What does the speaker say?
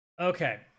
Okay